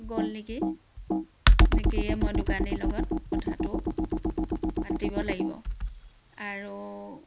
গ'ল নেকি নে কিয়ে মই দোকানীৰ লগত কথাটো পাতিব লাগিব আৰু